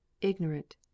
ignorant